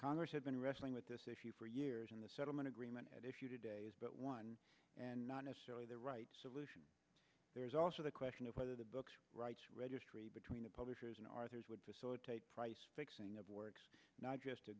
congress has been wrestling with this if you for years and the settlement agreement had a few days but one and not necessarily the right solution there's also the question of whether the books rights registry between the publishers and arthurs would facilitate price fixing of works not just